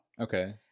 okay